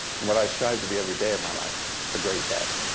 and what i strive to be every day of my life a great daddy.